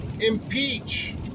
Impeach